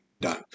Done